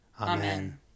Amen